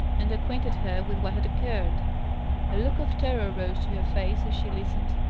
and acquainted her with what had occurred. a look of terror rose to her face, as she listened.